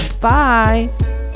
bye